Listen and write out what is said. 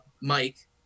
Mike